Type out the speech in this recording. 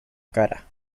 cara